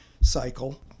cycle